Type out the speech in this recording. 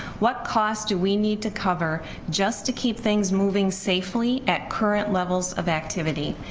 what costs do we need to cover just to keep things moving safely at current levels of activity.